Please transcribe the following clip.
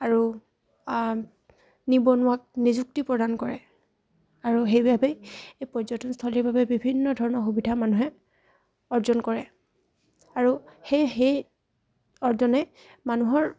আৰু নিবনুৱাক নিযুক্তি প্ৰদান কৰে আৰু সেইবাবে এই পৰ্যটনস্থলীৰ বাবে বিভিন্ন ধৰণৰ সুবিধা মানুহে অৰ্জন কৰে আৰু সেই সেই অৰ্জনে মানুহৰ